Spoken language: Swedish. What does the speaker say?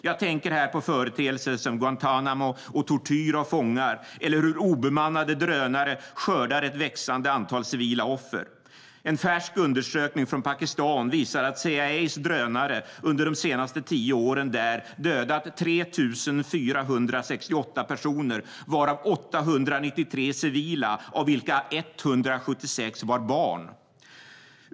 Jag tänker här på företeelser som Guantánamo och tortyr av fångar eller hur obemannade drönare skördar ett växande antal civila offer. En färsk undersökning från Pakistan visar att CIA:s drönare under de senaste tio åren där dödat 3 468 personer varav 893 civila, av vilka 176 var barn.